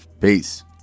Peace